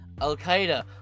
Al-Qaeda